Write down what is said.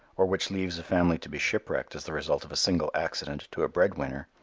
or which leaves a family to be shipwrecked as the result of a single accident to a breadwinner,